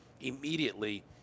immediately